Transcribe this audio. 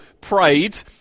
prayed